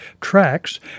Tracks